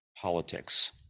politics